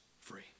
free